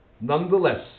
Nonetheless